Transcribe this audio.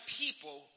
people